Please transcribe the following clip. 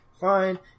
Fine